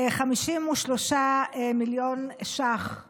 53 מיליארד שקלים